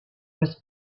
was